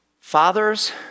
Fathers